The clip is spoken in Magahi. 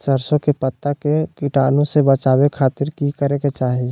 सरसों के पत्ता के कीटाणु से बचावे खातिर की करे के चाही?